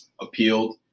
appealed